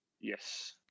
Yes